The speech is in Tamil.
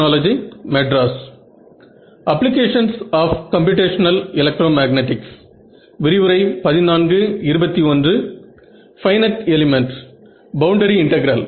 நாம் இந்த பல்ஸ் பேசிஸ் மற்றும் டெல்டா டெஸ்ட்டிங்கை பயன்படுத்தினோம்